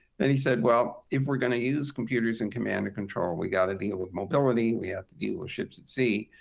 then he said, well, if we're going to use computers and command and control, we got to deal with mobility, we have to deal with ships at sea.